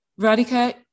Radhika